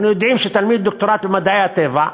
אנחנו יודעים שתלמיד לדוקטורט במדעי הטבע,